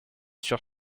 sur